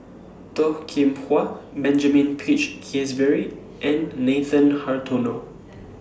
Toh Kim Hwa Benjamin Peach Keasberry and Nathan Hartono